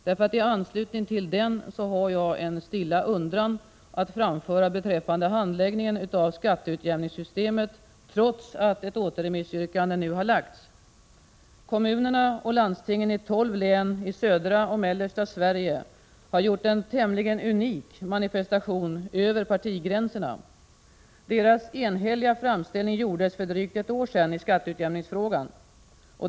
I anslutning till den har jag en stilla undran att framföra beträffande handläggningen av skatteutjämningssystemet, trots att ett återremissyrkande nu har framlagts. Kommunerna och landstingen i tolv län i södra och mellersta Sverige har gjort en tämligen unik manifestation över partigränserna. Deras enhälliga framställning gjordes för drygt ett år sedan i skatteutjämningsfrågan.